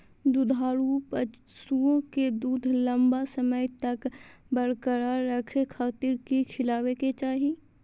दुधारू पशुओं के दूध लंबा समय तक बरकरार रखे खातिर की खिलावे के चाही?